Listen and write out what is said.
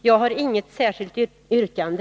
Jag har inget särskilt yrkande.